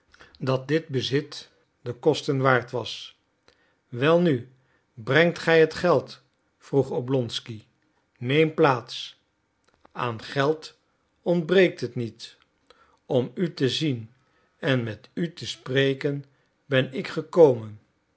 dat dit bezit de kosten waard was welnu brengt gij het geld vroeg oblonsky neem plaats aan geld ontbreekt het niet om u te zien en met u te spreken ben ik gekomen